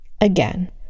Again